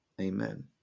Amen